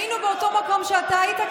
היינו באותו מקום שאתה היית?